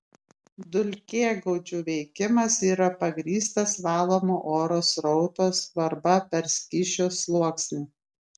dulkėgaudžių veikimas yra pagrįstas valomo oro srauto skvarba per skysčio sluoksnį